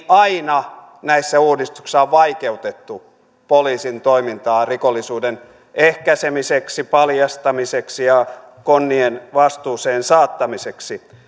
aina näissä uudistuksissa on vaikeutettu poliisin toimintaa rikollisuuden ehkäisemiseksi paljastamiseksi ja konnien vastuuseen saattamiseksi